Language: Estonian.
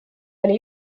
oli